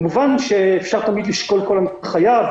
כמובן אפשר תמיד לשקול כל הנחיה,